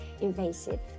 invasive